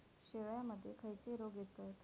शेळ्यामध्ये खैचे रोग येतत?